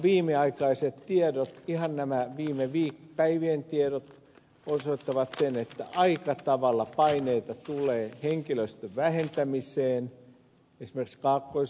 viimeaikaiset tiedot ihan nämä viime päivien tiedot osoittavat sen että aika tavalla paineita tulee henkilöstön vähentämiseen esimerkiksi kaakkois suomessa